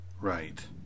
Right